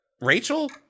Rachel